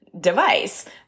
device